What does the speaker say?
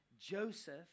Joseph